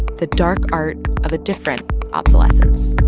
the dark art of a different obsolescence